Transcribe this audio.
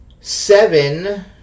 Seven